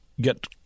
get